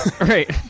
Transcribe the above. Right